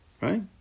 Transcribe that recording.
Right